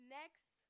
next